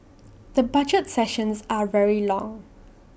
the budget sessions are very long